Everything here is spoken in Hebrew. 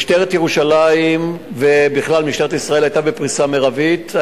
משטרת ירושלים ובכלל משטרת ישראל היתה בפריסה מרבית.